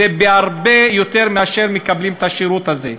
זה הרבה יותר מאשר מה שמקבלים על השירות הזה.